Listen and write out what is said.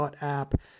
.app